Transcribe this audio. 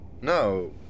No